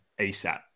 asap